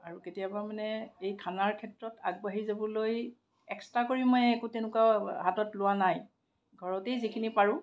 আৰু কেতিয়াবা মানে এই খানাৰ ক্ষেত্ৰত আগবাঢ়ি যাবলৈ এক্সট্ৰা কৰি মই একো তেনেকুৱা হাতত লোৱা নাই ঘৰতেই যিখিনি পাৰোঁ